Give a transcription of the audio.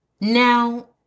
Now